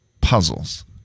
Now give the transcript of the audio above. puzzles